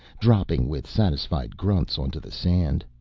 dropping with satisfied grunts onto the sand.